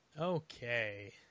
Okay